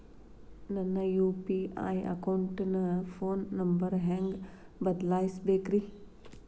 ನನ್ನ ಯು.ಪಿ.ಐ ಅಕೌಂಟಿನ phone number ಹೆಂಗ್ ಬದಲಾಯಿಸ ಬೇಕ್ರಿ?